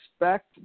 expect